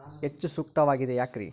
ಹೆಚ್ಚು ಸೂಕ್ತವಾಗಿದೆ ಯಾಕ್ರಿ?